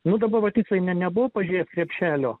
nu dabar va tiksliai ne nebuvau pažiūrėt krepšelio